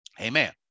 Amen